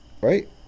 right